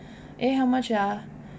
eh how much ah